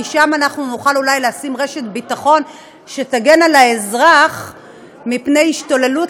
כי שם אנחנו נוכל אולי לשים רשת ביטחון שתגן על האזרח מפני השתוללות,